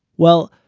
well,